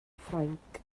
ffrainc